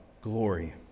glory